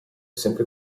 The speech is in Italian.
sempre